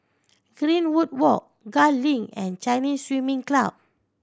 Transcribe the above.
Greenwood Walk Gul Link and Chinese Swimming Club